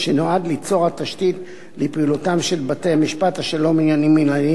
שנועד ליצור תשתית לפעילותם של בתי-משפט השלום לעניינים מינהליים,